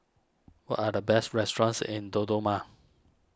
what are the best restaurants in Dodoma